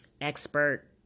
expert